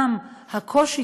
גם יש קושי,